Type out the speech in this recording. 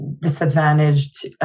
disadvantaged